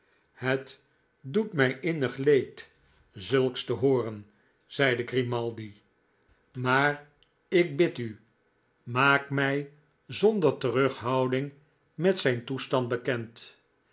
het doet mij innig leed zulks te hooren zeide grimaldi maar ik bid u maak mij zonde gevaaklijke zieke der terughouding met zijn toestand bekend